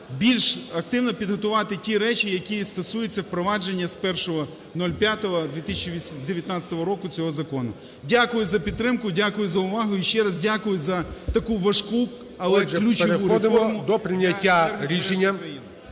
більш активно підготувати ті речі, які і стосуються впровадження з 01.05.2019 року цього закону. Дякую за підтримку. Дякую за увагу. І ще раз дякую за таку важку, але ключову реформу